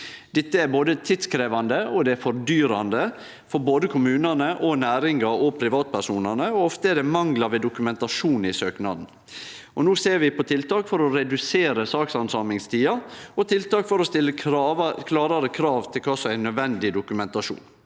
Dette er tidkrevjande og fordyrande for både kommunane, næringa og privatpersonar. Ofte er det manglar ved dokumentasjonen i søknaden. Vi ser no på tiltak for å redusere sakshandsamingstida og tiltak for å stille klarare krav til kva som er nødvendig dokumentasjon.